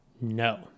no